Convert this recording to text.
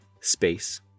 space